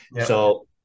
So-